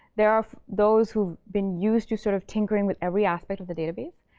there are those who've been used to sort of tinkering with every aspect of the database.